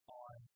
on